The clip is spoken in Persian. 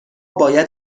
باید